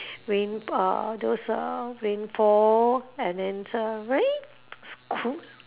rain uh those uh rainpour and then uh very cool